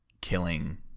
killing